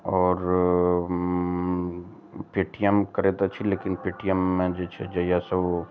आओर Paytm करैत अछि लेकिन पे टी एम मे जे छै जहिया सऽ ओ